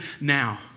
now